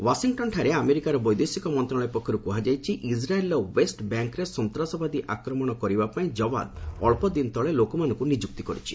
ୱାସିଂଟନ୍ଠାରେ ଆମେରିକାର ବୈଦେଶିକ ମନ୍ତ୍ରଣାଳୟ ପକ୍ଷରୁ କୁହାଯାଇଛି ଇଚ୍ରାଏଲ୍ର ଓ୍ପେଷ୍ଟ ବ୍ୟାଙ୍କ୍ରେ ସନ୍ତାସବାଦୀ ଆକ୍ରମଣ କରିବା ପାଇଁ କୱାଦ୍ ଅଳ୍ପ ଦିନ ତଳେ ଲୋକମାନଙ୍କୁ ନିଯୁକ୍ତ କରିଛି